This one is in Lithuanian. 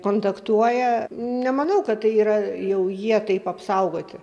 kontaktuoja nemanau kad tai yra jau jie taip apsaugoti